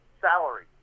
salary